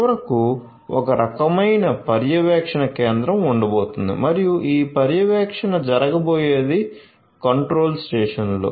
చివరకు ఒక రకమైన పర్యవేక్షణ కేంద్రం ఉండబోతోంది మరియు ఈ పర్యవేక్షణ జరగబోయేది కంట్రోల్ స్టేషన్ లో